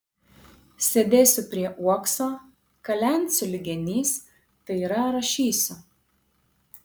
sėdėsiu prie uokso kalensiu lyg genys tai yra rašysiu